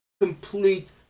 complete